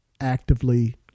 actively